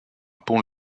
pont